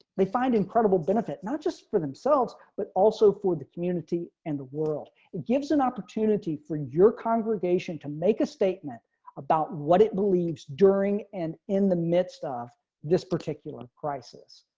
they find incredible benefit not just for themselves but also for the community and the world. it gives an opportunity for your congregation to make a statement about what it believes during and in the midst of this particular crisis.